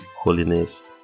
holiness